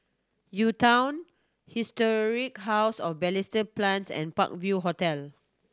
U Town Historic House of Balestier Plains and Park View Hotel